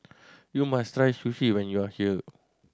you must try Sushi when you are here